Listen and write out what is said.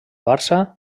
barça